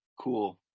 cool